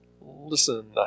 listen